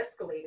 escalated